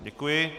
Děkuji.